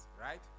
right